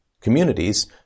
communities